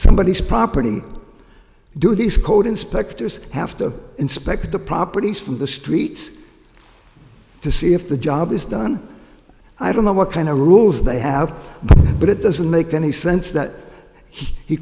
somebodies property do these code inspectors have to inspect the properties from the streets to see if the job is done i don't know what kind of rules they have but it doesn't make any sense that he